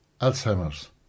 Alzheimer's